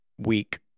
week